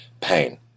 pain